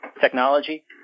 technology